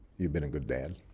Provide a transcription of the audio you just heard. you've been a good dad.